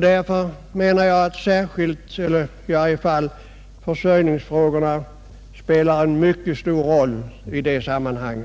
Därför menar jag att försörjningsfrågorna spelar en mycket stor roll i detta sammanhang.